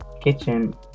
kitchen